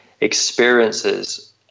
experiences